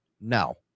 No